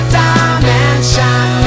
dimension